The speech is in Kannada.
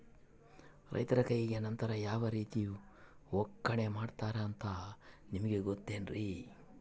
ರೈತರ ಕೈಗೆ ನಂತರ ಯಾವ ರೇತಿ ಒಕ್ಕಣೆ ಮಾಡ್ತಾರೆ ಅಂತ ನಿಮಗೆ ಗೊತ್ತೇನ್ರಿ?